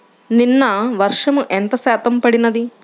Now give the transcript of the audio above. నిన్న వర్షము ఎంత శాతము పడినది?